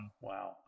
Wow